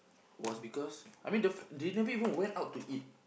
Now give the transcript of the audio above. was because I mean the they never even went out to eat